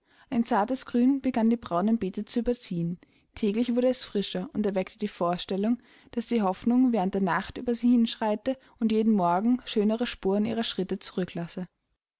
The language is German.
ein zartes grün begann die braunen beete zu überziehen täglich wurde es frischer und erweckte die vorstellung daß die hoffnung während der nacht über sie hinschreite und jeden morgen schönere spuren ihrer schritte zurücklasse